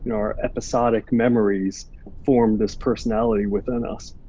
our episodic memories form this personality within us.